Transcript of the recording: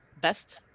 best